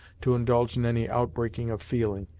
to indulge in any outbreaking of feeling.